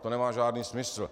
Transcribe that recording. To nemá žádný smysl.